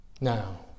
Now